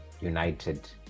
united